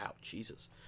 Jesus